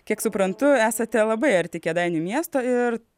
kiek suprantu esate labai arti kėdainių miesto ir